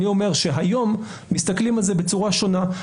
אני אומר שהיום מסתכלים על זה בצורה שונה.